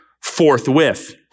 forthwith